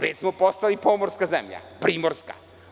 Već smo postali pomorska zemlja, primerska.